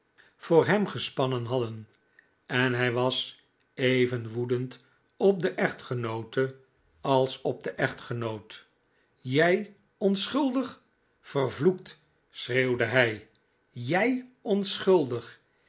voor hem gespannen hadden en hij was even woedend op de echtgenoote als op den echtgenoot jij onschuldig vervloekt schreeuwde hij jij onschuldig